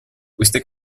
queste